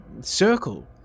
circle